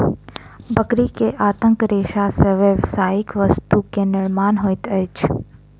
बकरी के आंतक रेशा से व्यावसायिक वस्तु के निर्माण होइत अछि